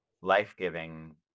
life-giving